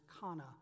kana